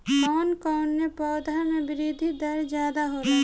कवन कवने पौधा में वृद्धि दर ज्यादा होला?